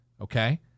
okay